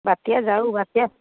ବାତ୍ୟା ଯାଉ ବାତ୍ୟା